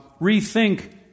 rethink